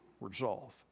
resolve